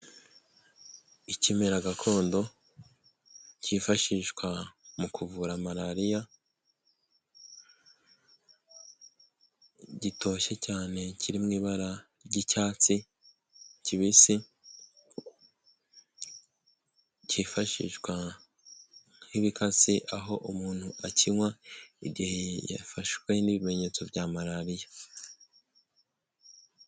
Ikimera gakondo kifashishwa mu kuvura malariya gitoshye cyane kiri mu ibara ry'icyatsi kibisi, cyifashishwa nk'ibikatsi aho umuntu akinywa igihe yafashwe n'ibimenyetso bya malariya.